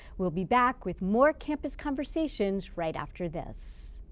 we'll be back with more campus conversations right after this.